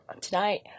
Tonight